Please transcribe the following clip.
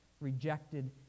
rejected